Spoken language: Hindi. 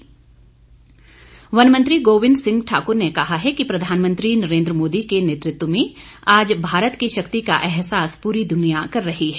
गोविंद ठाकुर वन मंत्री गोविंद सिंह ठाकुर ने कहा है कि प्रधानमंत्री नरेंद्र मोदी के नेतृत्व में आज भारत की शक्ति का एहसास पूरी दुनिया कर रही है